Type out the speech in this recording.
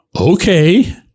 okay